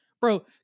bro